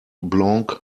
blanc